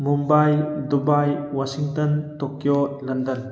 Mumbai Dubai Washington Tokyo London